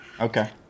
Okay